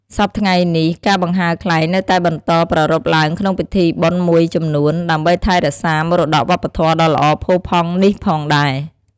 សព្វថ្ងៃនេះ ការបង្ហើរខ្លែងនៅតែបន្តប្រារព្ធឡើងក្នុងពិធីបុណ្យមួយចំនួន ដើម្បីថែរក្សាមរតកវប្បធម៌ដ៏ល្អផូរផង់នេះផងដែរ។